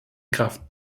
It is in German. kraft